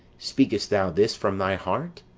speak'st thou this from thy heart?